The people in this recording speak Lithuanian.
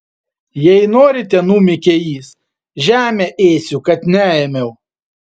jei norite numykė jis žemę ėsiu kad neėmiau